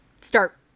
start